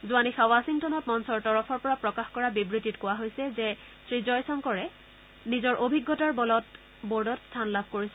যোৱা নিশা ৱাখিংটনত মঞ্চৰ তৰফৰ পৰা প্ৰকাশ কৰা বিবৃতিত কোৱা হৈছে যে শ্ৰীজয়শংকৰে নিজৰ অভিজ্ঞতাৰ বলত বৰ্ডত স্থান লাভ কৰিছে